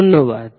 ধন্যবাদ